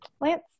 Lance